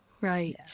Right